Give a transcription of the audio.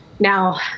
Now